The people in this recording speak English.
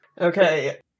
Okay